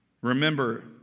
Remember